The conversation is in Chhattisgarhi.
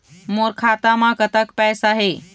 मोर खाता म कतक पैसा हे?